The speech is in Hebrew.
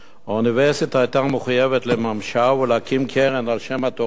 האוניברסיטה היתה מחויבת לממשה ולהקים קרן על-שם התורם,